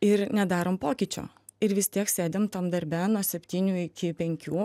ir nedarom pokyčio ir vis tiek sėdim tam darbe nuo septynių iki penkių ar dar